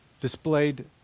displayed